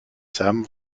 sam